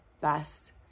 best